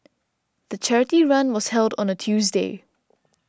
the charity run was held on a Tuesday